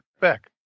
back